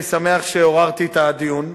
אני שמח שעוררתי את הדיון.